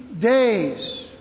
days